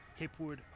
Hipwood